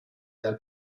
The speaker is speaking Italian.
dal